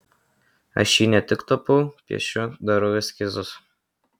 aš jį ne tik tapau piešiu darau eskizus